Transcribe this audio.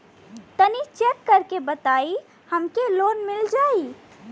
तनि चेक कर के बताई हम के लोन मिल जाई?